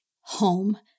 home